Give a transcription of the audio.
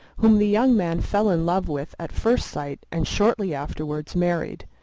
whom the young man fell in love with at first sight and shortly afterwards married.